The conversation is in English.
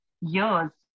years